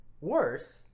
worse